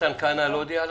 מתן כהנא לא הודיע לך?